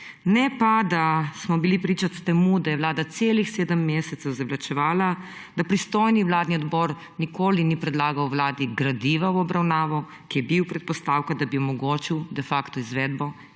Ne pa, da smo bili priča temu, da je Vlada celih sedem mesecev zavlačevala, da pristojni vladni odbor nikoli ni predlagal Vladi gradiva v obravnavo, ki je bil predpostavka, da bi omogočil de facto izvedbo